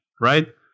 right